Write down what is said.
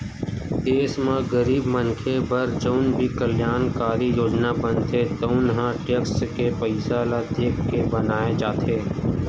देस म गरीब मनखे बर जउन भी कल्यानकारी योजना बनथे तउन ह टेक्स के पइसा ल देखके बनाए जाथे